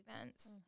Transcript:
events